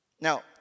Now